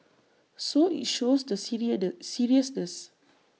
so IT shows the seriousness